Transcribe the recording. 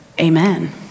Amen